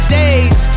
days